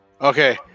Okay